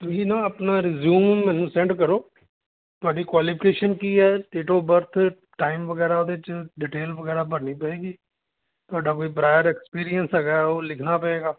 ਤੁਸੀਂ ਨਾ ਆਪਣਾ ਰਜ਼ਿਊਮ ਮੈਨੂੰ ਸੈਂਡ ਕਰੋ ਤੁਹਾਡੀ ਕੁਆਲੀਫਿਕੇਸ਼ਨ ਕੀ ਹੈ ਡੇਟ ਆਫ ਬਰਥ ਟਾਈਮ ਵਗੈਰਾ ਉਹਦੇ 'ਚ ਡਿਟੇਲ ਵਗੈਰਾ ਭਰਨੀ ਪਏਗੀ ਤੁਹਾਡਾ ਕੋਈ ਬਰਾਇਰ ਐਕਸਪੀਰੀਅੰਸ ਹੈਗਾ ਉਹ ਲਿਖਣਾ ਪਏਗਾ